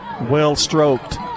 well-stroked